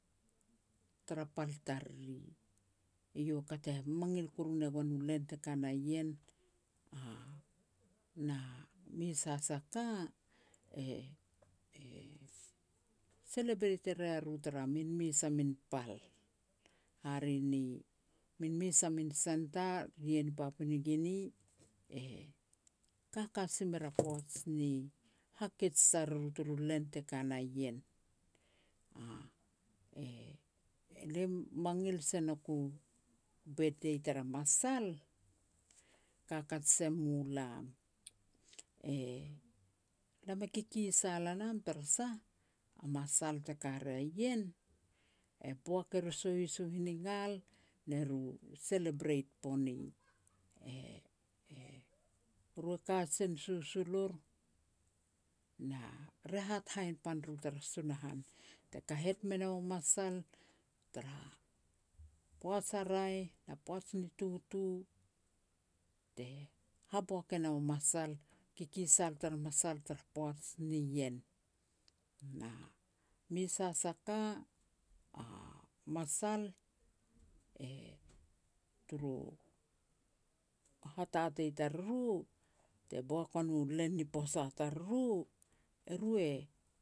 `tara pal tariri, eiau ka te mangil kuru ne goan u len te ka na ien, a, na mes has a ka, e-e, celebrate e ria ru tara min mes a min pal. Hare ni min mes a min centre ien Papua New Guinea e kaka si mer a poaj ni hakej tariru turu len te ka na ien. Elia mangil se nouk u birthday tara masal, kakat se mulam, e lam e kikisal a nam tarasah, a masal te ka ria ien, e boak er u suhis u hinigal ne ru celebrate pone. E-e ru e kajen susul ur, na re hat hainpan ru tara Sunahan te kahet me nou masal, tara poaj a raeh na poaj ni tutu, te haboak e nou masal kikisal tara masal tara poaj nien. Na mes has a ka a masal, e, turu hatatei tariru te boak ua nu len ni posa tariru, eru e